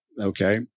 Okay